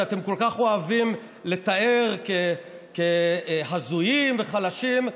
שאתם כל כך אוהבים לתאר כהזויים וחלשים,